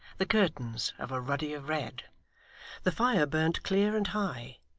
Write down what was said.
the curtains of a ruddier red the fire burnt clear and high,